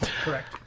Correct